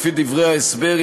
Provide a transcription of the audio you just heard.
לפי דברי ההסבר,